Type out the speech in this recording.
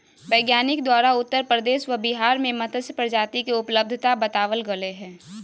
वैज्ञानिक द्वारा उत्तर प्रदेश व बिहार में मत्स्य प्रजाति के उपलब्धता बताबल गले हें